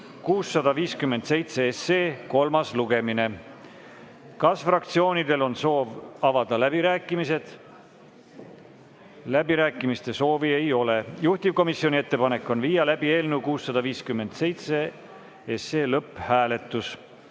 657 kolmas lugemine. Kas fraktsioonidel on soov avada läbirääkimised? Läbirääkimiste soovi ei ole. Juhtivkomisjoni ettepanek on viia läbi eelnõu 657 lõpphääletus.